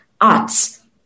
arts